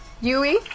Yui